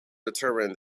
determined